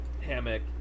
hammock